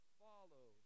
follow